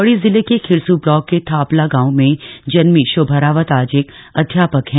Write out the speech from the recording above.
पौडी जिले के खिरसू ब्लॉक के थापला गांव में जन्मी शोभा रावत आज एक अध्यापक है